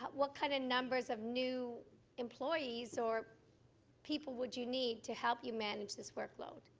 what kind of numbers of new employees or people would you need to help you manage this workload?